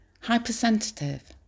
hypersensitive